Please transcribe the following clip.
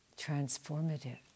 transformative